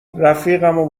رفیقمو